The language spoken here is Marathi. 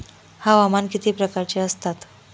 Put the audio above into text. हवामान किती प्रकारचे असतात?